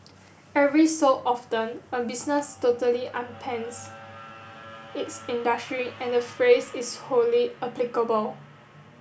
every so often a business totally upends its industry and the phrase is wholly applicable